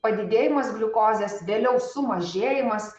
padidėjimas gliukozės vėliau sumažėjimas